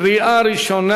קריאה ראשונה,